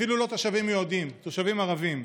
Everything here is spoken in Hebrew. אפילו לא תושבים יהודים, תושבים ערבים.